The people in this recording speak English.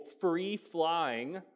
free-flying